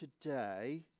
today